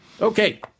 Okay